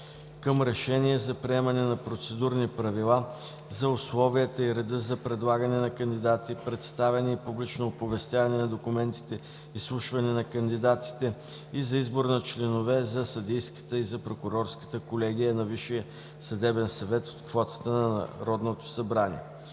към Решение за приемане на процедурни правила за условията и реда за предлагане на кандидати, представяне и публично оповестяване на документите, изслушване на кандидатите и за избор на членове за съдийската и за прокурорската колегия на Висшия съдебен съвет от квотата на Народното събрание